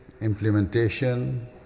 implementation